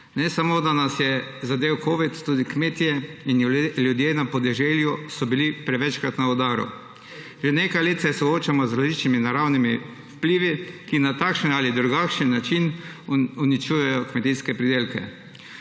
Ne samo, da nas je zadel covid, tudi kmetje in ljudje na podeželju so bili prevečkrat na udaru. Že nekaj let se soočamo z različnimi naravnimi vplivi, ki na takšen ali drugačen način uničujejo kmetijske pridelke.